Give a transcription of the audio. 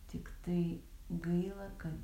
tiktai gaila kad